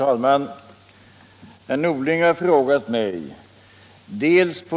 Herr talman!